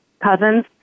cousins